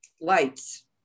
Lights